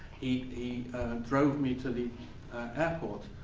he he drove me to the airport,